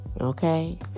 okay